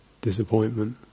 disappointment